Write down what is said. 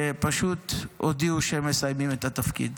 שפשוט הודיעו שהם מסיימים את התפקיד.